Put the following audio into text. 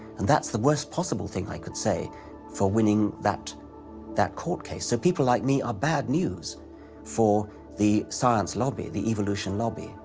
and that's the worst possible thing i could say for winning that that court case. so people like me are bad news for the science lobby, the evolution lobby.